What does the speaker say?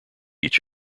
each